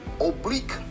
oblique